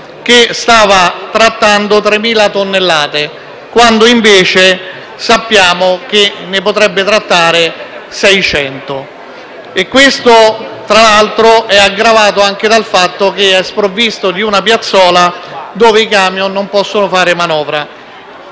che stava trattando 3.000 tonnellate, quando invece sappiamo che ne potrebbe trattare 600. Tutto ciò, tra l'altro, è aggravato anche dal fatto che esso è sprovvisto di una piazzola dove i camion possano fare manovra: